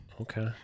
okay